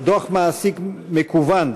דוח מעסיק מקוון),